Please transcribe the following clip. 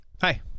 hi